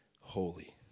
holy